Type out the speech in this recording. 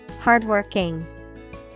Hardworking